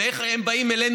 ואיך באים אלינו,